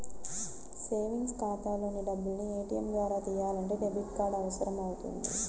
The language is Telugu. సేవింగ్స్ ఖాతాలోని డబ్బుల్ని ఏటీయం ద్వారా తియ్యాలంటే డెబిట్ కార్డు అవసరమవుతుంది